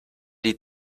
die